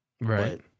Right